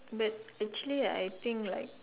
but actually I think like